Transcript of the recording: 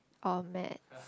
or maths